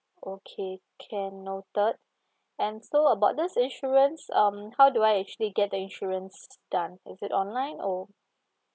okay can noted and so about this insurance um how do I actually get the insurance done is it online or